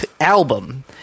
album